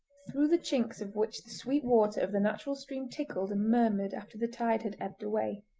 through the chinks of which the sweet water of the natural stream trickled and murmured after the tide had ebbed away.